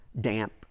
damp